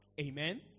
Amen